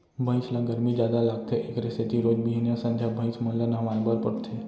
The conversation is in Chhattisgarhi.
भइंस ल गरमी जादा लागथे एकरे सेती रोज बिहनियॉं, संझा भइंस मन ल नहवाए बर परथे